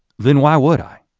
then why would i?